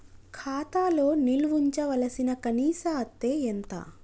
ఖాతా లో నిల్వుంచవలసిన కనీస అత్తే ఎంత?